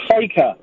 Faker